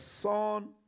son